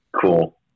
Cool